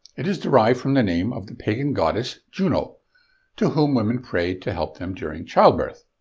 it is derived from the name of the pagan goddess juno to whom women prayed to help them during childbirth.